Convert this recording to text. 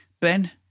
Ben